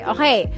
Okay